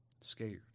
Scared